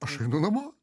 aš einu namo